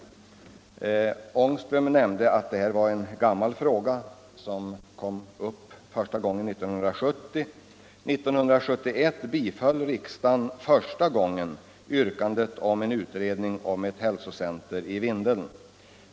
Herr Ångström nämnde att detta var en gammal fråga, som kom upp första gången 1970. År 1971 biföll riksdagen första gången yrkandet om utredning rörande ett hälsocenter i Vindeln.